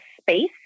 space